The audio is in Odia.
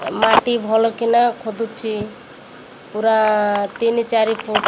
ମାଟି ଭଲକିିନା ଖୋଦୁଛି ପୁରା ତିନି ଚାରି ଫୁଟ୍